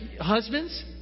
Husbands